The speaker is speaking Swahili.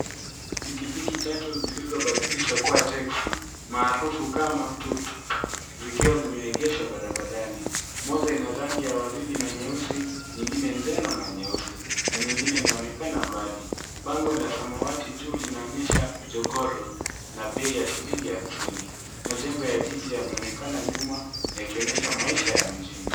Pikipiki tatu zilizobadilishwa kuwa teksi maarufu kama tuktuk zikiwa zimeegeshwa barabarani ,moja ina rangi ya waridi na nyeusi nyingine njano na nyeusi na nyingine inaonekana mbali ,bango la samawati juu linaonyesha' jogoo road' na bei ya shilingi hamsini majengo ya jiji yameonekana nyuma yakionyesha maisha ya mjini.